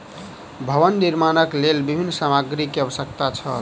भवन निर्माणक लेल विभिन्न सामग्री के आवश्यकता छल